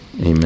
Amen